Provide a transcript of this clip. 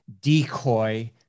decoy